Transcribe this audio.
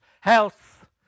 health